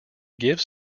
gives